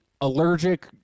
allergic